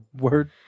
word